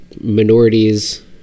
minorities